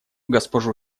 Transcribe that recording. госпожу